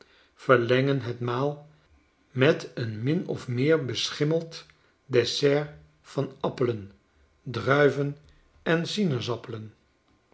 verlengen het maal met een min of meer beschimmeld dessert van appelen druiven en sinaasappelen